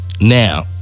Now